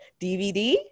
DVD